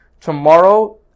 Tomorrow